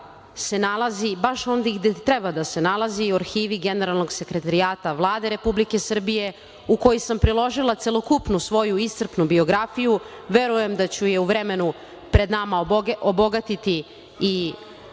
se nalazi baš onde i gde treba da se nalazi, u arhivi Generalnog sekretarijata Vlade Republike Srbije u koji sam priložila celokupnu svoju iscrpnu biografiju. Verujem da ću i u vremenu pred nama obogatiti i